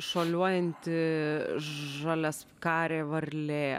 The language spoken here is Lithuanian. šuoliuojanti žaliaskarė varlė